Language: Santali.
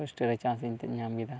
ᱦᱳᱥᱴᱮᱞ ᱨᱮ ᱪᱟᱱᱥᱤᱧ ᱧᱟᱢ ᱠᱮᱫᱟ